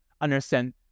understand